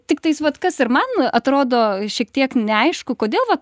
tiktais vat kas ir man atrodo šiek tiek neaišku kodėl va